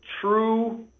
true